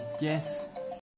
yes